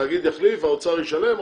התאגיד יחליט והאוצר ישלם,